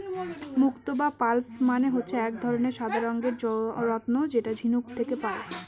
মুক্ত বা পার্লস মানে হচ্ছে এক ধরনের সাদা রঙের রত্ন যেটা ঝিনুক থেকে পায়